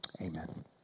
Amen